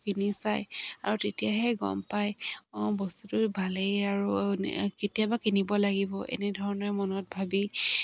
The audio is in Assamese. কিনি চায় আৰু তেতিয়াহে গম পায় বস্তুটো ভালেই আৰু কেতিয়াবা কিনিব লাগিব এনেধৰণে মনত ভাবি